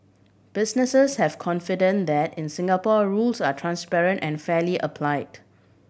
businesses have confidence that in Singapore rules are transparent and fairly applied